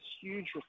huge